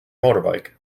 motorbike